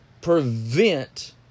prevent